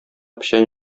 печән